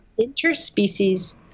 interspecies